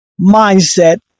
mindset